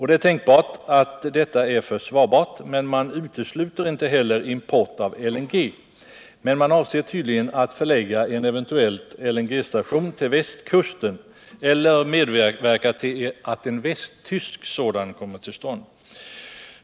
Det är tänkbart att detta är försvarbart. men man utesluter inte heller import av LNG. Man avser tydligen att förlägga en eventuell LNG-station till västkusten eller medverka till att on västtysk sådan kommer till stånd.